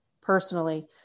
personally